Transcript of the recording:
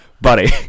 Buddy